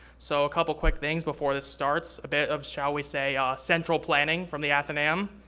so a couple quick things before this starts. a bit of, shall we say, central planning from the athenaeum.